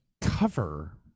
cover